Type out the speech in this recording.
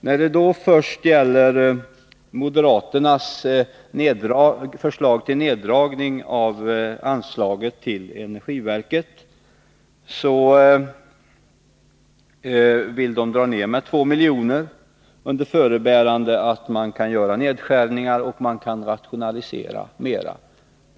När det först gäller anslaget till energiverket vill moderaterna dra ned detta med 2 miljoner under förebärande att man kan göra nedskärningar och rationalisera mera.